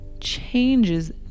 changes